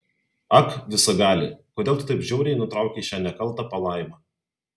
ak visagali kodėl tu taip žiauriai nutraukei šią nekaltą palaimą